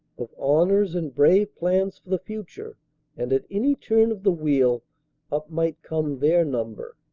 of honors and brave plans for the future and at any turn of the wheel up might come their number.